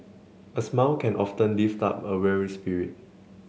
a smile can often lift up a weary spirit